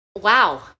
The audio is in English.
Wow